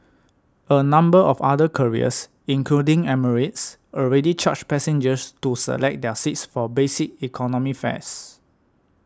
a number of other carriers including Emirates already charge passengers to select their seats for basic economy fares